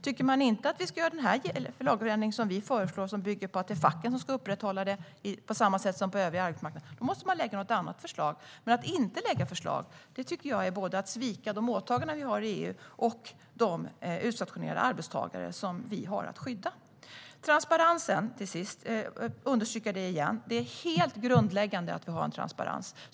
Om man inte tycker att vi bör genomföra den lagändring som föreslås, som bygger på att det är facken som ska upprätthålla det hela, på samma sätt som på den övriga arbetsmarknaden, måste man lägga fram något annat förslag. Men att inte lägga fram förslag tycker jag är att svika både de åtaganden som vi har inom EU och de utstationerade arbetstagare som vi har att skydda. Jag vill understryka att det är grundläggande att vi har transparens.